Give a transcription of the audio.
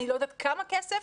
אני לא יודעת כמה כסף,